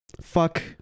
Fuck